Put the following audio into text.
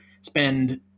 spend